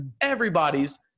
everybody's